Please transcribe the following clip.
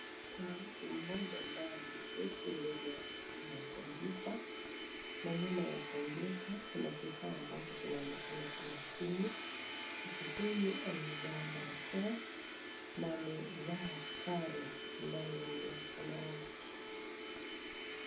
Kuna mtu mmoja ambaye ameketi mbele ya kompyuta na nyuma ya kompyuta kuna kifaa ambacho kinaonekana kama simu, mtu huyu amevaa barakoa na amevaa sare ambayo ni ya samawati.